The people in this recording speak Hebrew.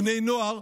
בני נוער,